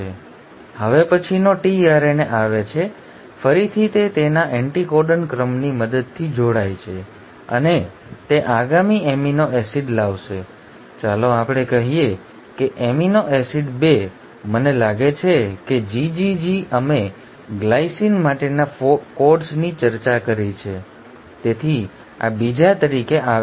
હવે પછીનો tRNA આવે છે ફરીથી તે તેના એન્ટિકોડન ક્રમની મદદથી જોડાય છે અને તે આગામી એમિનો એસિડ લાવશે ચાલો આપણે કહીએ કે એમિનો એસિડ 2 મને લાગે છે કે GGG અમે ગ્લાયસિન માટેના કોડ્સની ચર્ચા કરી છે તેથી આ બીજા તરીકે આવે છે